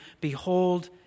behold